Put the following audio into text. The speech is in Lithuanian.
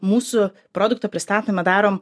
mūsų produkto pristatymą darom